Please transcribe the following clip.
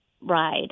ride